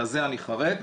לזה אני חרד,